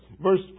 verse